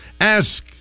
Ask